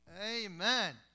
Amen